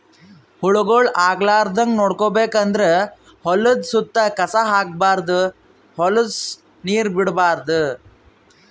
ಹುಳಗೊಳ್ ಆಗಲಾರದಂಗ್ ನೋಡ್ಕೋಬೇಕ್ ಅಂದ್ರ ಹೊಲದ್ದ್ ಸುತ್ತ ಕಸ ಹಾಕ್ಬಾರ್ದ್ ಹೊಲಸ್ ನೀರ್ ಬಿಡ್ಬಾರ್ದ್